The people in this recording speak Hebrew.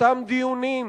אותם דיונים,